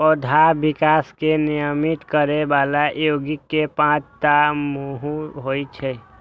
पौधाक विकास कें नियमित करै बला यौगिक के पांच टा समूह होइ छै